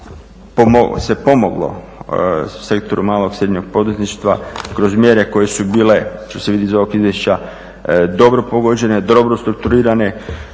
se pomoglo sektoru malog i srednjeg poduzetništva kroz mjere koje su bile, što se vidi iz ovog izvješća, dobro pogođene, dobro strukturirane.